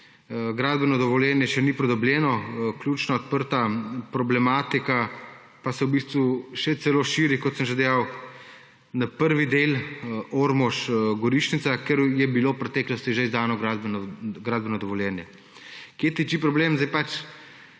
gradbeno dovoljenje še ni pridobljeno. Ključno odprta problematika pa se v bistvu še celo širi, kot sem že dejal, na prvi del Ormož−Gorišnica, za katerega je bilo v preteklosti že izdano gradbeno dovoljenje. Kje tiči problem? Problem